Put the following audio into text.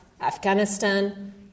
Afghanistan